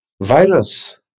virus